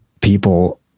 people